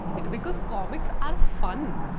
it's because comics are fun!